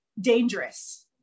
dangerous